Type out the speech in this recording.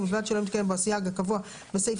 ובלבד שלא מתקיים בו הסייג הקבוע בסעיף